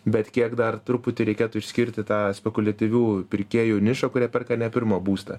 bet kiek dar truputį reikėtų išskirti tą spekuliatyvių pirkėjų nišą kurie perka ne pirmą būstą